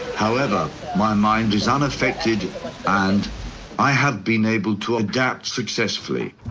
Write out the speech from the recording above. however my mind is unaffected and i have been able to adapt successfully.